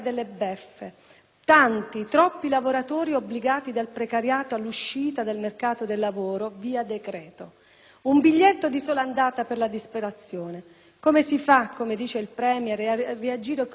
Tanti, troppi lavoratori obbligati dal precariato all'uscita dal mercato del lavoro via decreto: un biglietto di sola andata per la disperazione. Come si fa, come dice il *Premier*, a reagire con *humour*,